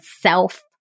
self